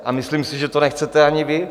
A myslím si, že to nechcete ani vy.